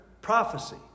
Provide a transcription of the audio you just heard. prophecy